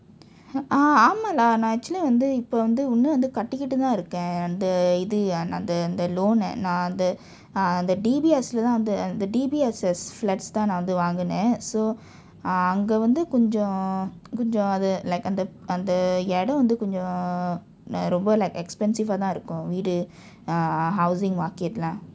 ah ஆமாம்:aamam lah நான்:naan actually வந்து இப்ப வந்து இன்னும் வந்து கட்டிக்கிட்டு தான் இருக்கிரேன் அந்த இது எனது:vanthu ippa vanthu innum vanthu kattikkitu thaan irrukkiraen antha ithu enathu loan நான் வந்து:naan vanthu ah அந்த:antha D_B_S தான் வந்து அந்த:thaan vanthu antha D_B_S flats தான் நான் வந்து வாங்கினேன்:thaan naan vanthu vankinaen so அங்க வந்து கொஞ்சும் கொஞ்சும் அது:anka vanthu koncham koncham athu athu like அது வந்து இடம் வந்து கொஞ்சம்:athu vanthu idam vanthu koncham uh ரொம்ப:romba like expensive ah தான் இருக்கும் விட்டு:thaan irrukkum vittu ah housing market எல்லாம்:ellam